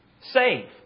save